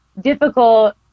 difficult